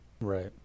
right